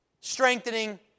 Strengthening